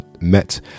met